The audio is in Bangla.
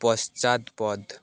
পশ্চাৎপদ